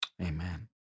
amen